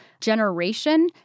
generation